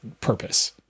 purpose